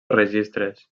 registres